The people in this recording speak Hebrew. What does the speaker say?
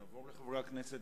נעבור לחברי הכנסת,